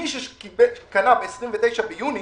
מי שקנה ב-29 ביוני